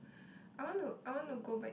I want to I want to go back